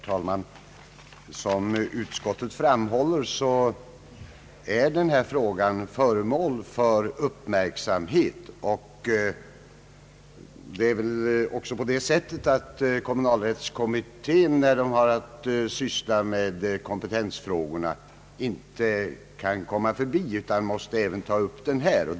Herr talman! Som utskottet framhåller är den här frågan föremål för uppmärksamhet. Det är väl också på det sättet att kommunalrättskommittén, när den har att syssla med kompetensfrågorna, inte kan komma förbi frågan utan måste ta upp den.